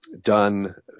done